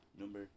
Number